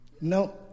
no